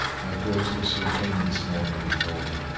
i brought also again this morning before him.